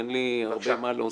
אין לי הרבה מה להוסיף